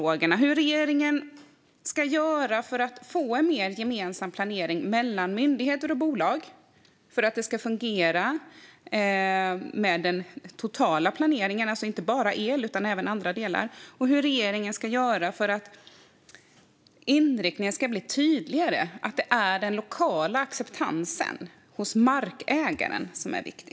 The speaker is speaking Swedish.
Jag undrar hur regeringen ska göra för att få en mer gemensam planering mellan myndigheter och bolag för att det ska fungera med den totala planeringen, alltså inte bara el utan även andra delar, och hur regeringen ska göra för att det ska bli tydligare att inriktningen är att det är den lokala acceptansen hos markägarna som är viktig.